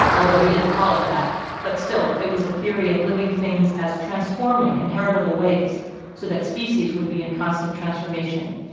although he didn't call it that but still it was a theory of living things as transforming in heritable ways so that species would be in constant transformation.